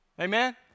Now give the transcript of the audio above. Amen